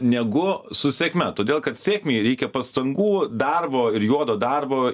negu su sėkme todėl kad sėkmei reikia pastangų darbo ir juodo darbo